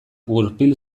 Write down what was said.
gurpil